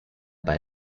bei